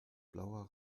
blauer